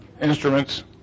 Instruments